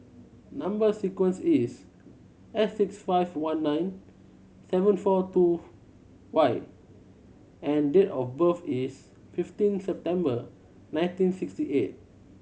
number sequence is S six five one nine seven four two Y and date of birth is fifteen September nineteen sixty eight